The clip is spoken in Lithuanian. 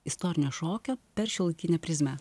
istorinio šokio per šiuolaikinę prizmę